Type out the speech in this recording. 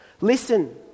Listen